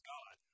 God